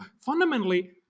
fundamentally